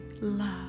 love